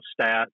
stat